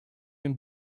been